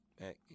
Back